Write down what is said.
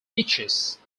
beaches